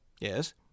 Yes